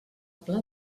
pla